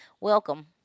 welcome